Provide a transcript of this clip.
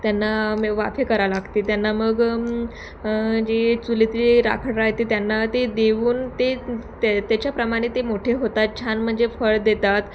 त्यांना मग वाफे करावं लागते त्यांना मग जे चुलीत राखड राहते त्यांना ते देऊन ते ते त्याच्याप्रमाणे ते मोठे होतात छान म्हणजे फळ देतात